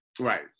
Right